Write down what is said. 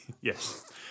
Yes